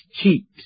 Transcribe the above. cheat